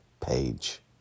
page